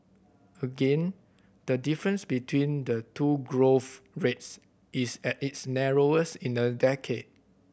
again the difference between the two growth rates is at its narrowest in a decade